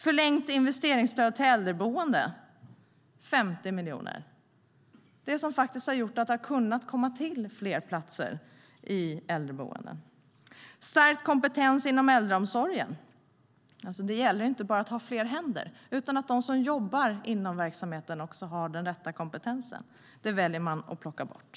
För förlängt investeringsstöd till äldreboenden ska 50 miljoner bort. Det har varit pengar som har gjort att det har varit möjligt att skapa fler platser i äldreboenden. Det gäller också området stärkt kompetens inom äldreomsorgen. Det gäller inte bara att ha fler händer utan också att de som jobbar inom verksamheten har den rätta kompetensen. Det området plockas också bort.